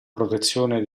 protezione